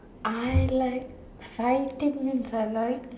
I like fighting means I like